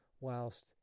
Whilst